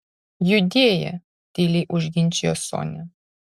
judėjė tyliai užginčijo sonia